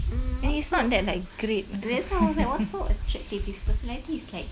mm what so that's why I was like what's so attractive he's personality is like